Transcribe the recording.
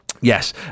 Yes